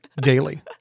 daily